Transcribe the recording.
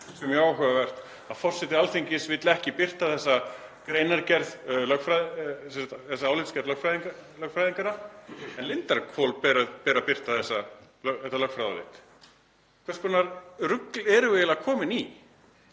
mjög áhugavert að forseti Alþingis vill ekki birta þessa álitsgerð lögfræðinganna en Lindarhvoli ber að birta þetta lögfræðiálit. Hvers konar rugl erum við eiginlega komin í?